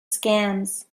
scams